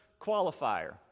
qualifier